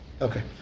Okay